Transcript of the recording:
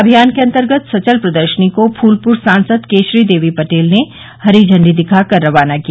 अभियान के अन्तर्गत सचल प्रदर्शनी को फूलपुर सांसद केशरी देवी पटेल ने हरी झण्डी दिखाकर रवाना किया